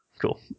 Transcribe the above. cool